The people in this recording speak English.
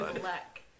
black